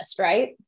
right